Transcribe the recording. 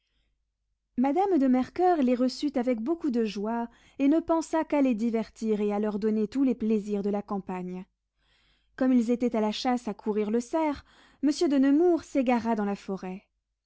madame de mercoeur les reçut avec beaucoup de joie et ne pensa qu'à les divertir et à leur donner tous les plaisirs de la campagne comme ils étaient à la chasse à courir le cerf monsieur de nemours s'égara dans la forêt